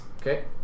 Okay